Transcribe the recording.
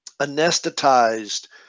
anesthetized